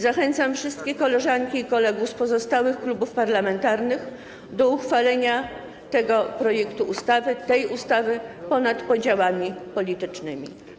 Zachęcam wszystkie koleżanki i kolegów z pozostałych klubów parlamentarnych do uchwalenia tego projektu ustawy ponad podziałami politycznymi.